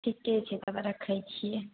ठीके छै तब रखै छियै